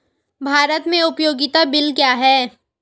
भारत में उपयोगिता बिल क्या हैं?